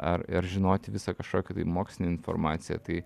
ar ir žinoti visą kažkokią tai mokslinę informaciją tai